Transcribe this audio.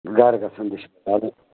گرٕ گژھن رِشتہٕ تھاوٕنۍ